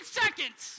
seconds